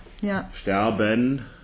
Sterben